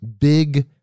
big